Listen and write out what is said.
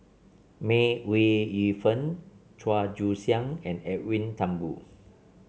May Ooi Yu Fen Chua Joon Siang and Edwin Thumboo